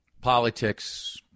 Politics